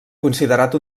considerat